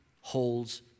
holds